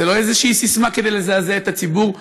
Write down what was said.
זו לא איזושהי ססמה כדי לזעזע את הציבור,